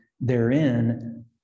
therein